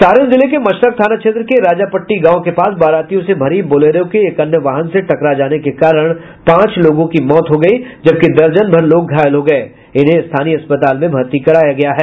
सारण जिले के मशरख थाना क्षेत्र के राजापट्टी गांव के पास बारातियों से भरी बोलेरो के एक अन्य वाहन से टकरा जाने के कारण पांच लोगों की मौत हो गयी जबकि दर्जनभर लोग घायल हो गये जिन्हें स्थानीय अस्पताल में भर्ती कराया गया है